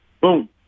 Boom